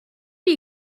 you